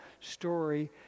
story